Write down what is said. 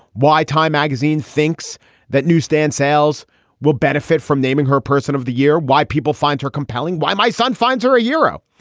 why time magazine thinks that newsstand sales will benefit from naming her person of the year. why people find her compelling. why my son finds her a hero.